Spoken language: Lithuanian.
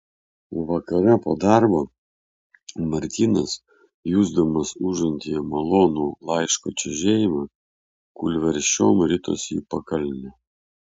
vakare po darbo martynas jusdamas užantyje malonų laiško čežėjimą kūlversčiom ritosi į pakalnę